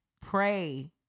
pray